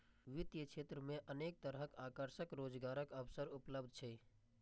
वित्तीय क्षेत्र मे अनेक तरहक आकर्षक रोजगारक अवसर उपलब्ध छै